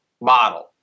model